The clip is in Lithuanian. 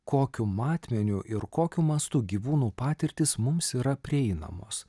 kokiu matmeniu ir kokiu mastu gyvūnų patirtys mums yra prieinamos